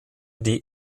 die